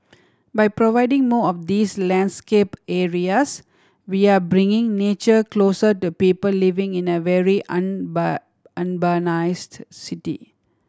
by providing more of these landscape areas we're bringing nature closer to people living in a very urbanised city